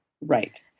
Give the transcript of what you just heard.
Right